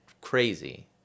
crazy